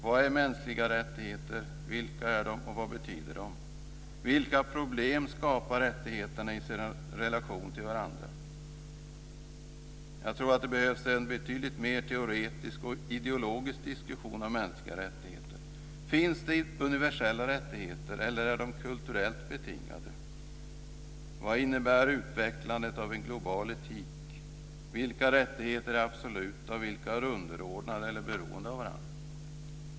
Vad är mänskliga rättigheter, vilka är de och vad betyder de? Vilka problem skapar rättigheterna i sin relation till varandra? Jag tror att det behövs en betydligt mer teoretisk och ideologisk diskussion om mänskliga rättigheter. Finns det universella rättigheter, eller är de kulturellt betingade? Vad innebär utvecklandet av en global etik? Vilka rättigheter är absoluta, och vilka är underordnade eller beroende av varandra?